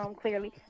clearly